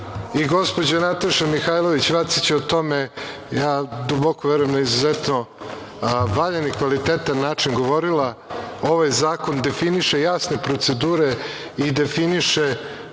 Gospođa Nataša Mihajlović Vacić je o tome, ja duboko verujem, na izuzetno valjan i kvalitetan način govorila. Ovaj zakon definiše jasne procedure i definiše